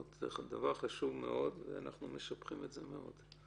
זה דבר חשוב מאוד ואנחנו משבחים את זה מאוד,